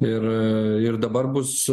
ir ir dabar bus